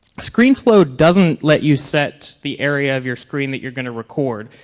screenflow doesn't let you set the area of your screen that you're gonna record.